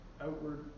outward